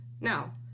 Now